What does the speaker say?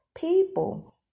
people